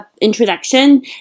introduction